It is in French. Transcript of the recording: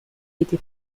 été